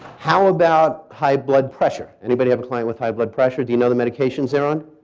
how about high blood pressure? anybody have a client with high blood pressure? do you know the medications they're on?